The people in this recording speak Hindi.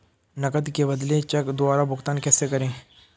नकद के बदले चेक द्वारा भुगतान कैसे करें?